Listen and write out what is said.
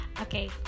Okay